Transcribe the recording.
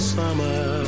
summer